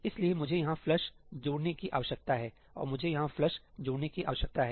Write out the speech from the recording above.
इसलिए मुझे यहां फ्लश'flush' जोड़ने की आवश्यकता है और मुझे यहां फ्लश'flush' जोड़ने की आवश्यकता है